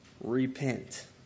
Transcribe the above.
repent